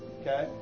okay